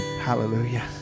Hallelujah